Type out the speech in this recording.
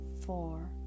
Four